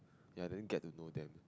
ya didn't get to know them